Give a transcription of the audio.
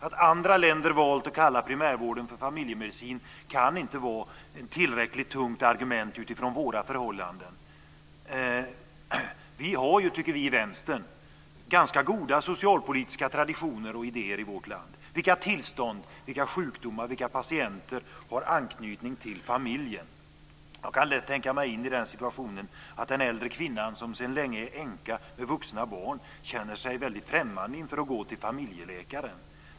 Att andra länder har valt att kalla primärvården för familjemedicin kan inte vara ett tillräckligt tungt argument utifrån våra förhållanden. Vi har ju, tycker vi i Vänstern, ganska goda socialpolitiska traditioner och idéer i vårt land. Vilka tillstånd, vilka sjukdomar och vilka patienter har anknytning till familjen? Jag kan lätt tänka mig in i situationen att en äldre kvinna som sedan länge är änka med vuxna barn känner sig väldigt främmande inför att gå till familjeläkaren.